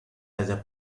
haya